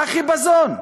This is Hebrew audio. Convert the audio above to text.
מה החיפזון?